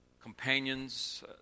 companions